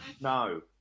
No